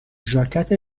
ژاکت